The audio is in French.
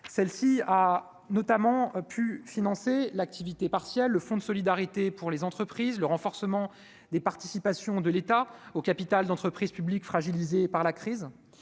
celle-ci a notamment pu financer l'activité partielle, le fonds de solidarité pour les entreprises, le renforcement des participations de l'État au capital d'entreprises publiques, fragilisés par la crise,